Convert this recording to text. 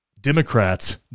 Democrats